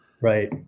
Right